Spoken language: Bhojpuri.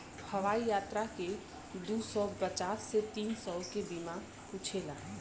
हवाई यात्रा में दू सौ पचास से तीन सौ के बीमा पूछेला